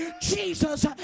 Jesus